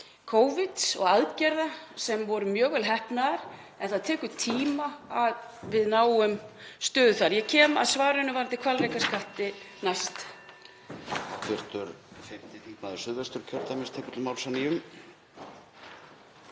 Covid og aðgerða sem voru mjög vel heppnaðar en það tekur tíma að við náum stöðu þar. Ég kem að svarinu varðandi hvalrekaskattinn næst.